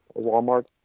Walmart